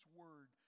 word